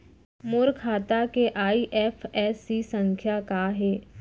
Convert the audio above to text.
मोर खाता के आई.एफ.एस.सी संख्या का हे?